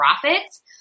profits